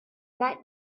night